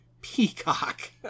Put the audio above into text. peacock